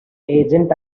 agent